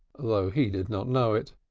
though he did not know it.